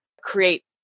create